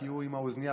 כי הוא עם האוזנייה,